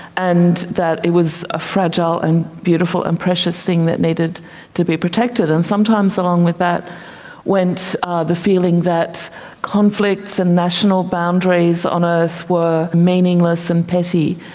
and that it was a fragile and beautiful and precious thing that needed to be protected. and sometimes along with that went the feeling that conflicts and national boundaries on earth were meaningless and petty.